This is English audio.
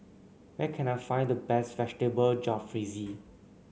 where can I find the best Vegetable Jalfrezi